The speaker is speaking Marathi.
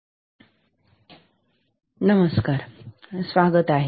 dual slope digital voltmeter II स्वागत आहे